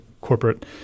corporate